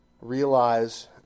realize